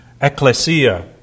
Ecclesia